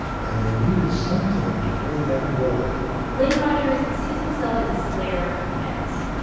and they needed something to play that role lynn rogers sees himself as a slayer of myths.